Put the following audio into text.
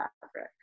fabric